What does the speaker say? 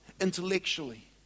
intellectually